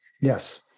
Yes